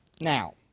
Now